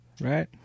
right